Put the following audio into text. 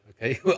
okay